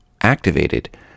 activated